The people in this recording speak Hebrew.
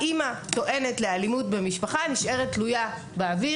האימא טוענת לאלימות במשפחה נשארת תלויה באוויר